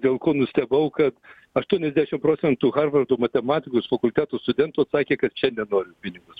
dėl ko nustebau kad aštuoniasdešim procentų harvardo matematikos fakulteto studentų atsakė kad šiandien noriu pinigus